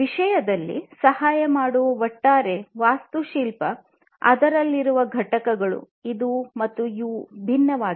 ಈ ವಿಷಯದಲ್ಲಿ ಸಹಾಯ ಮಾಡುವ ಒಟ್ಟಾರೆ ವಾಸ್ತುಶಿಲ್ಪಅದರಲ್ಲಿರುವ ಘಟಕಗಳು ವಿಭಿನ್ನವಾಗಿವೆ